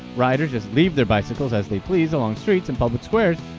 riders just leave their bicycles as they please along streets and public squares,